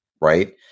right